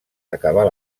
acabar